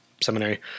Seminary